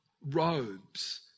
robes